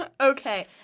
Okay